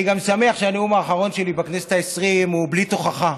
אני גם שמח שהנאום האחרון שלי בכנסת העשרים הוא בלי תוכחה.